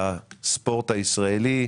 לספורט הישראלי,